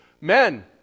Men